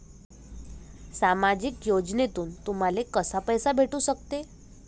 सामाजिक योजनेतून तुम्हाले कसा पैसा भेटू सकते?